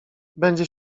będzie